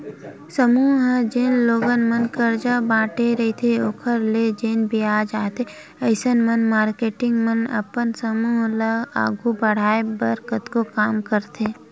समूह ह जेन लोगन मन करजा बांटे रहिथे ओखर ले जेन बियाज आथे अइसन म मारकेटिंग मन अपन समूह ल आघू बड़हाय बर कतको काम करथे